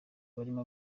barimo